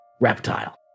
reptile